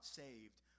saved